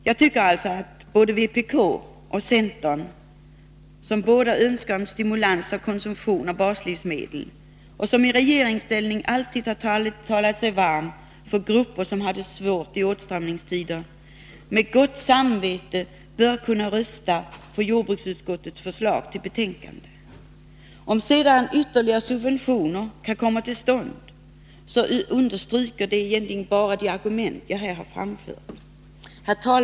Jag tycker att såväl vpk som centern, som båda önskar stimulera konsumtionen av baslivsmedel — centern har i regeringsställning alltid talat sig varm för grupper som har det svårt i åtstramningstider — med gott samvete bör kunna rösta för jordbruksutskottets förslag i betänkandet. Om sedan ytterligare subventioner kan komma till stånd, understryker det bara de argument jag här har framfört.